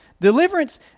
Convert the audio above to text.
Deliverance